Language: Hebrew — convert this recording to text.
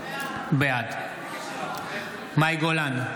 בעד מאי גולן,